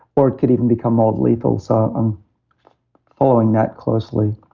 or it could even become more lethal. so i'm following that closely